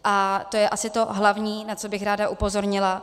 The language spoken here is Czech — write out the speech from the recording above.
A to je asi to hlavní, na co bych ráda upozornila.